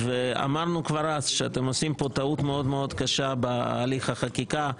אמרנו כבר אז שאתם עושים טעות מאוד מאוד קשה בהליך החקיקה.